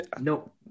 no